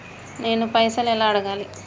నేను పైసలు ఎలా అడగాలి?